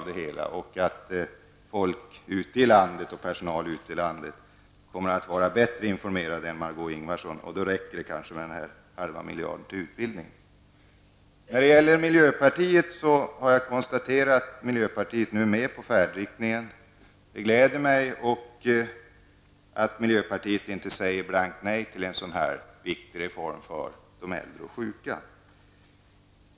Personalen och andra människor ute i landet kommer nog att vara bättre informerade än Margó Ingvardsson, och då räcker det kanske med den halva miljarden till utbildning. Vad gäller miljöpartiet har jag konstaterat att det nu är med på vår färdriktning. Det gläder mig att miljöpartiet inte säger blankt nej till en så viktig reform för de äldre och sjuka.